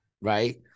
Right